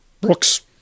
Brooks